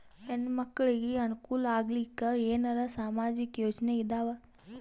ಹೆಣ್ಣು ಮಕ್ಕಳಿಗೆ ಅನುಕೂಲ ಆಗಲಿಕ್ಕ ಏನರ ಸಾಮಾಜಿಕ ಯೋಜನೆ ಇದಾವ?